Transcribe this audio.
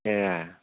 এয়া